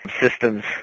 systems